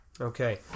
Okay